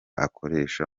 akoresha